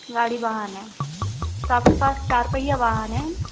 गाड़ी वाहन है तो आपके पास चार पहिया वाहन है